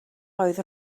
oedd